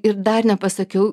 ir dar nepasakiau